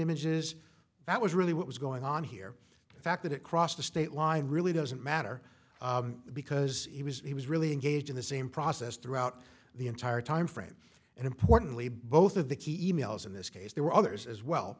images that was really what was going on here the fact that it crossed the state line really doesn't matter because he was he was really engaged in the same process throughout the entire time frame and importantly both of the key e mails in this case there were others as well